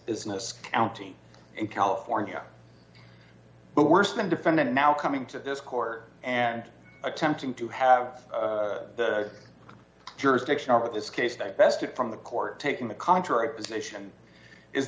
business county in california but worse than defendant now coming to this court and attempting to have the jurisdiction over this case that best it from the court taking the contrary position is